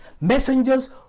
Messengers